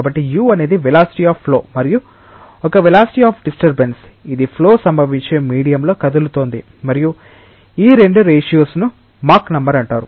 కాబట్టి u అనేది velocity of flow మరియు ఒక వెలాసిటి అఫ్ ఎ డిస్టర్బెన్స్ ఇది ఫ్లో సంభవించే మీడియంలో కదులుతోంది మరియు ఈ 2 రేషియోస్ ను మాక్ నెంబర్ అంటారు